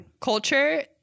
culture